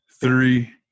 three